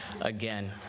again